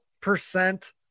percent